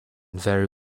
vary